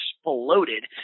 exploded